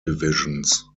divisions